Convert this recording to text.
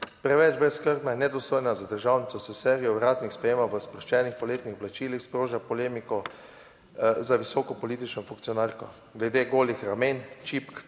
preveč brezskrbna in nedostojna za državnico s serijo vratnih sprejema v sproščenih poletnih oblačilih sproža polemiko za visoko politično funkcionarko glede golih ramen, čipk,